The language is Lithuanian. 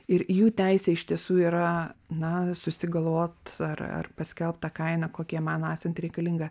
ir jų teisė iš tiesų yra na susigalvot ar paskelbt tą kaina kokią mano esant reikalinga